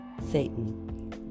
Satan